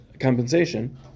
compensation